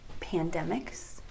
pandemics